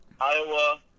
Iowa